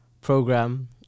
program